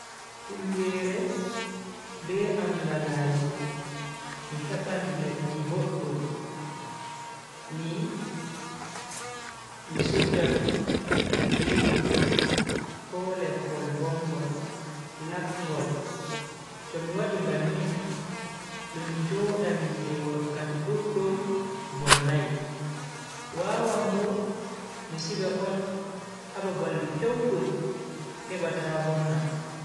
Tingeere be angalaaje mi heban leddi boddum mi mi sudda dum be buhu ko leppol bongol lapngol tomi wadi bannin, dum jodan je wakkati duddum vonnai. wawan bo mi siga on ha babal pewdum heba ta vonna.